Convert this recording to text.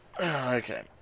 Okay